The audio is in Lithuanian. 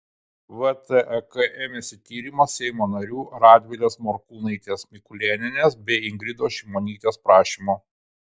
vtek ėmėsi tyrimo seimo narių radvilės morkūnaitės mikulėnienės bei ingridos šimonytės prašymu